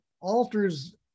alters